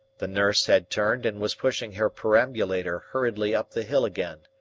the nurse had turned and was pushing her perambulator hurriedly up the hill again.